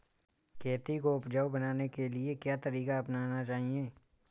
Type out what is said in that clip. खेती को उपजाऊ बनाने के लिए क्या तरीका अपनाना चाहिए?